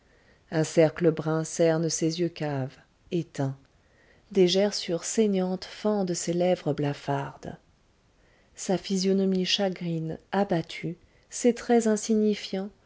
un cercle brun cerne ses yeux caves éteints des gerçures saignantes fendent ses lèvres blafardes sa physionomie chagrine abattue ses traits insignifiants